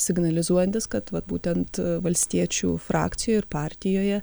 signalizuojantis kad vat būtent valstiečių frakcijoj ir partijoje